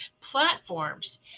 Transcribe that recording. platforms